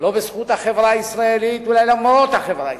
ולא בזכות החברה הישראלית ואולי למרות החברה הישראלית,